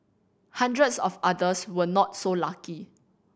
hundreds of others were not so lucky